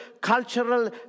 cultural